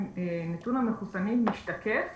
נתון המחוסנים משתקף